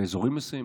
באזורים מסוימים,